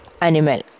animal